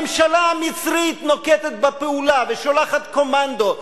הממשלה המצרית נוקטת פעולה ושולחת קומנדו,